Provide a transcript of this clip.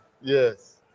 Yes